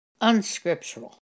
unscriptural